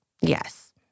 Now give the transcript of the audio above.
Yes